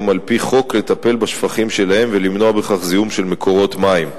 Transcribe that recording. על-פי חוק לטפל בשפכים שלהם ולמנוע בכך זיהום של מקורות מים.